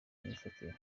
myifatire